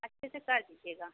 अच्छे से कर दीजिएगा